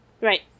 right